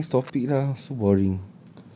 ah next topic lah so boring